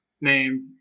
named